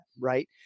Right